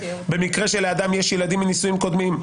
במקרה שלאדם יש ילדים מנישואים קודמים,